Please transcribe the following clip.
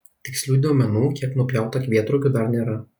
tikslių duomenų kiek nupjauta kvietrugių dar nėra